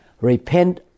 repent